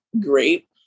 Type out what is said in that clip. great